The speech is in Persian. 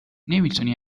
نمیتوانی